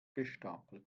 gestapelt